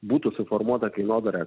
būtų suformuota kainodara